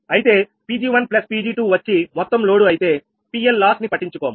అయితే 𝑃𝑔1𝑃𝑔2 వచ్చి మొత్తం లోడు అయితేPL లాస్ ని పట్టించుకోము